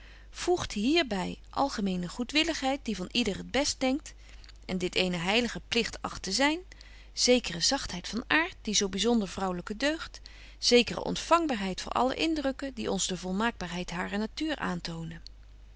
voegt her by algemene goedwilligheid die van yder het best denkt en dit eenen heiligen pligt acht te zyn zekere zagtheid van aart die zo byzonder vrouwlyke deugd zekere ontfangbaarheid voor alle indrukken die ons de volmaaktbaarheid harer natuur aantonen